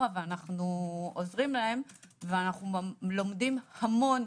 ואנחנו עוזרים להם ואנחנו לומדים מזה המון,